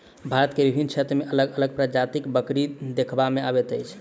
भारतक विभिन्न क्षेत्र मे अलग अलग प्रजातिक बकरी देखबा मे अबैत अछि